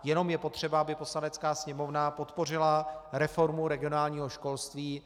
Jenom je potřeba, aby Poslanecká sněmovna podpořila reformu regionálního školství.